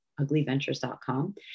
uglyventures.com